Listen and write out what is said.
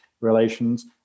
relations